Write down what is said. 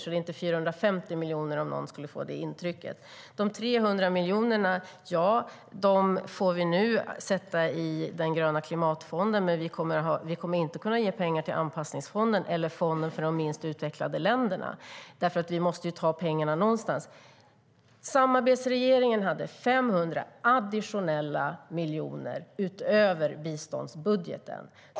Det är inte 450 miljoner, om någon skulle få det intrycket. Samarbetsregeringen hade 500 additionella miljoner utöver biståndsbudgeten.